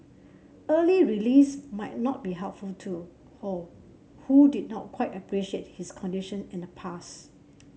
early release might not be helpful to Ho who did not quite appreciate his condition in the past